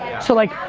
so like,